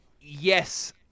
yes